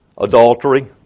adultery